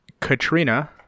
Katrina